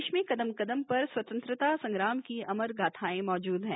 प्रदेश में कदम कदम पर स्वतंत्रता संग्राम की अमर गाथाए मौजूद है